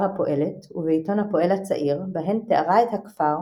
הפועלת ובעיתון הפועל הצעיר בהן תיארה את הכפר,